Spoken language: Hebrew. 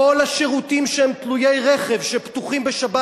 כל השירותים שהם תלויי רכב שפתוחים בשבת